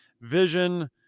vision